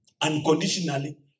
unconditionally